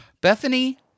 Bethany